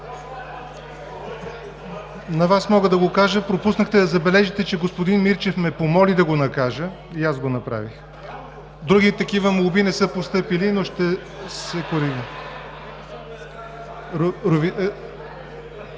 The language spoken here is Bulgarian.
На Вас мога да го кажа. Пропуснахте да забележите, че господин Мирчев ме помоли да го накажа и аз го направих. Други такива молби не са постъпили. Господин Димитров